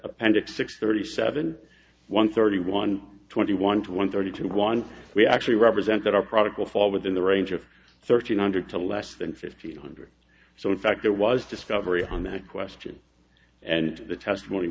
appendix six thirty seven one thirty one twenty one one thirty two one we actually represent that our product will fall within the range of searching under to less than fifteen hundred so in fact there was discovery on that question and the testimony